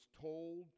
told